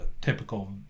typical